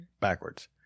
backwards